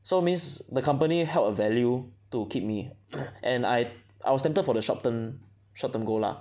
so means the company held a value to keep me and I I was tempted for the short term short term goal lah